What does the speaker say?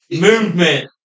movement